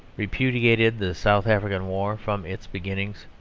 repudiated the south african war from its beginnings,